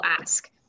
ask